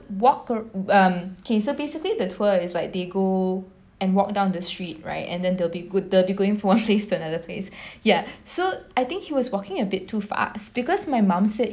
walk ar~ um okay so basically the tour is like they go and walk down the street right and then they'll be good they'll be going from one place to another place ya so I think he was walking a bit too fast because my mom said